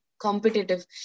competitive